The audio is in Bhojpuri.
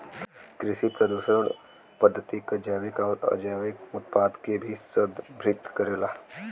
कृषि प्रदूषण कृषि पद्धति क जैविक आउर अजैविक उत्पाद के भी संदर्भित करेला